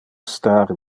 star